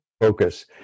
focus